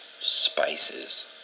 spices